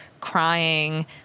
crying